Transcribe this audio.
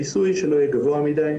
מיסוי שלא יהיה גבוה מדי,